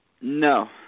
No